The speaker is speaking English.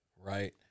right